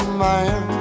man